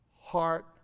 heart